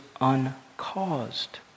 uncaused